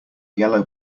yellow